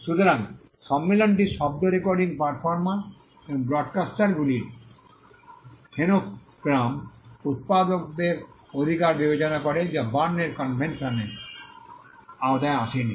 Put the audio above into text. সুতরাং এই সম্মেলনটি শব্দ রেকর্ডিং পারফর্মার এবং ব্রডকাস্টারগুলির ফোনেগ্রাম উত্পাদকদের অধিকার বিবেচনা করে যা বার্নের কনভেনশন এর আওতায় আসে নি